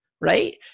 right